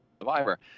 Survivor